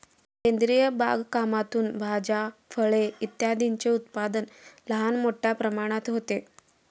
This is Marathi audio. सेंद्रिय बागकामातून भाज्या, फळे इत्यादींचे उत्पादन लहान मोठ्या प्रमाणात होते